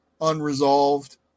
unresolved